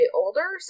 older